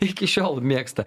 iki šiol mėgsta